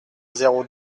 zéro